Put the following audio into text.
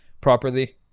properly